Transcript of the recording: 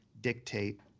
dictate